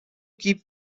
keep